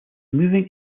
moving